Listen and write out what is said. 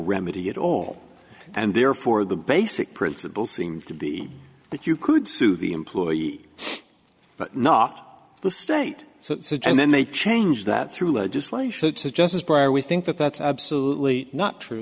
remedy at all and therefore the basic principle seems to be that you could sue the employee but not the state so and then they change that through legislation that says justice breyer we think that that's absolutely not true